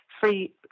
free